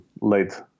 late